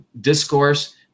discourse